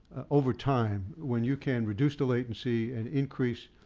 over time, when you can reduce the latency and increase